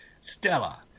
Stella